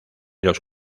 los